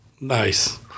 Nice